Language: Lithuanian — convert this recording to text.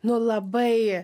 nu labai